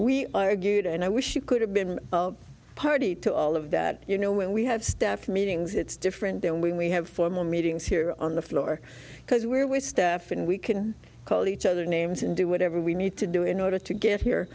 we argued and i wish you could have been party to all of that you know when we have staff meetings it's different then we have formal meetings here on the floor because we're with staff and we can call each other names and do whatever we need to do in order to get here